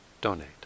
donate